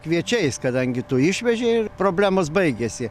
kviečiais kadangi tu išvežei ir problemos baigėsi